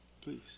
Please